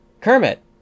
Kermit